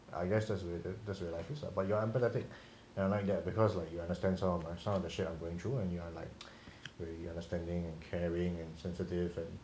I guess that's where a little bit that what I feel lah but ya empathetic and I like that because like you understand some of them are some of the shit I'm going through and you are like very understanding and caring and sensitive and